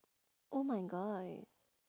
oh my god